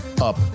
up